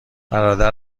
برادر